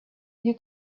you